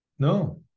No